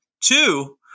Two